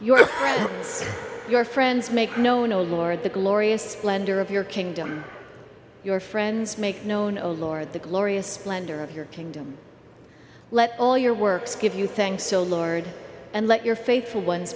friends your friends make no no lord the glorious splendor of your kingdom your friends make known o lord the glorious splendor of your kingdom let all your works give you thing so lord and let your faithful ones